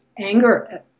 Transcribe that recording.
anger